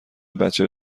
بچه